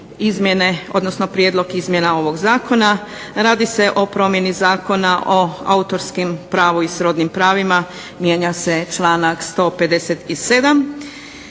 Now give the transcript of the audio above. izmjene, odnosno prijedlog izmjena ovog zakona. Radi se o promjeni Zakona o autorskom pravu i srodnim pravima, mijenja se članak 157.